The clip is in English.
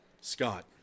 Scott